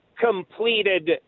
completed